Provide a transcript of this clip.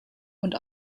und